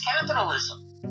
capitalism